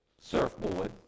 surfboard